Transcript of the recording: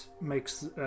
makes